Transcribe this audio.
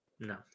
No